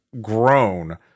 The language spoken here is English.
grown